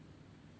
!hannor!